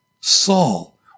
Saul